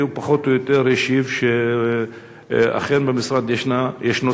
והוא פחות או יותר השיב שאכן במשרד יש סדר